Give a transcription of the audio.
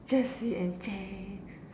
Jessie and James